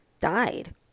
died